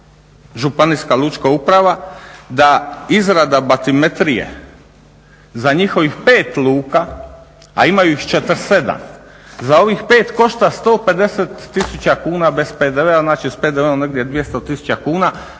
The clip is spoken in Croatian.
županijska lučka uprava da izrada batimetrije za njihovih 5 luka, a imaju ih 47, za ovih 5 košta 150 tisuća kuna bez PDV-a, znači s PDV-om negdje 200 tisuća